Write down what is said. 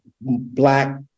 black